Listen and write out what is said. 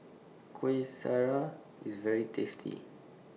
Kueh Syara IS very tasty